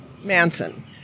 Manson